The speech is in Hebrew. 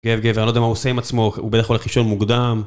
גב גב, אני לא יודע מה הוא עושה עם עצמו, הוא בדרך כלל הולך לישון מוקדם